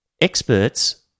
experts